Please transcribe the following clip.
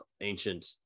ancient